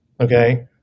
Okay